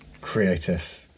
creative